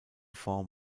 form